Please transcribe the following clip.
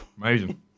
Amazing